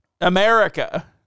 America